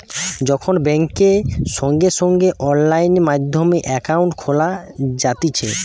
এখন বেংকে সঙ্গে সঙ্গে অনলাইন মাধ্যমে একাউন্ট খোলা যাতিছে